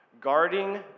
Guarding